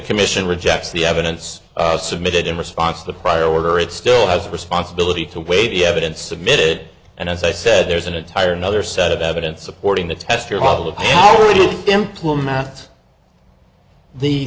commission rejects the evidence submitted in response to a prior order it still has a responsibility to weigh the evidence submitted and as i said there's an attire another set of evidence supporting the test your level of already implement the